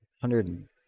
hundred